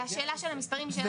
השאלה של המספרים היא שאלה משנית,